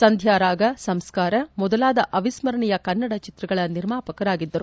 ಸಂಧ್ನಾರಾಗ ಸಂಸ್ನಾರ ಮೊದಲಾದ ಅವಿಸ್ಕರಣೇಯ ಕನ್ನಡ ಚಿತ್ರಗಳ ನಿರ್ಮಾಪಕರಾಗಿದ್ದರು